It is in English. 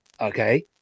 Okay